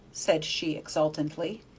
said she, exultantly,